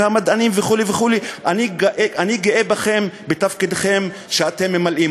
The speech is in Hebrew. מדענים" וכו' וכו' "אני גאה בתפקיד שאתם ממלאים".